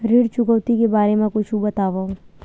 ऋण चुकौती के बारे मा कुछु बतावव?